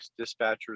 dispatchers